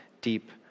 deep